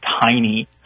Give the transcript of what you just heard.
tiny